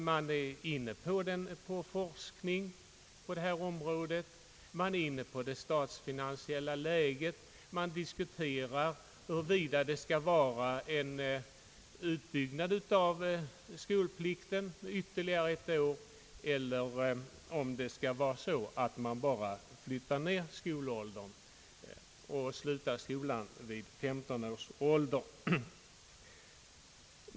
Man är inne på frågan om forskning på detta område, man är inne på det statsfinansiella läget, man diskuterar huruvida skolplikten skall utsträckas ytterligare ett år eller om man bara skall sänka den övre gränsen för skolåldern, så att barnen slutar skolan vid 15 års ålder.